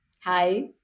Hi